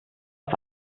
auf